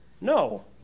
No